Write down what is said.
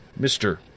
Mr